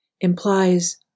implies